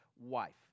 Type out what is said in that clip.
wife